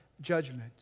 judgment